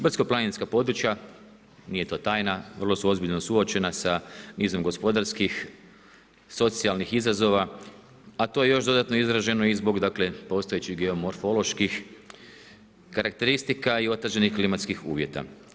Brdsko-planinska područja, nije to tajna, vrlo su ozbiljno suočena sa nizom gospodarskih, socijalnih izazova a to je još dodatno izraženo i zbog dakle postojećih geomorfoloških karakteristika i otežanih klimatskih uvjeta.